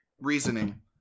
Reasoning